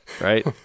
right